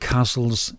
Castles